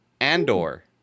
Andor